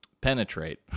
penetrate